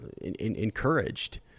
encouraged